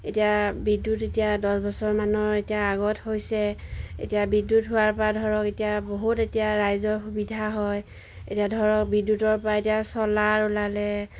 এতিয়া বিদ্যুৎ এতিয়া দহ বছৰ মানৰ এতিয়া আগত হৈছে এতিয়া বিদ্যুৎ হোৱাৰ পৰা ধৰক এতিয়া বহুত এতিয়া ৰাইজৰ সুবিধা হয় এতিয়া ধৰক বিদ্যুতৰ পৰা এতিয়া ছ'লাৰ ওলালে